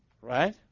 Right